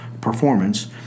performance